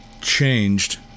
changed